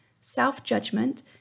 Self-judgment